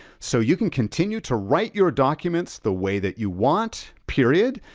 so you can continue to write your documents the way that you want, period.